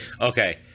Okay